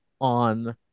...on